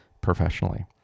professionally